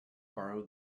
borrowed